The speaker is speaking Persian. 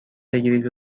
بگیرید